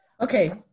okay